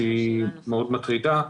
שהיא מאוד מטרידה,